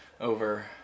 over